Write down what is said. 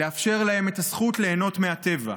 לאפשר להם את הזכות ליהנות מהטבע.